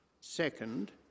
Second